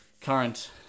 current